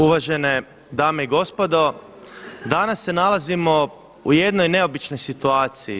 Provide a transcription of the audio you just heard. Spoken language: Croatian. Uvažene dame i gospodo, danas se nalazimo u jednoj neobičnoj situaciji.